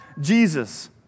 Jesus